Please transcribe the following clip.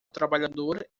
trabalhador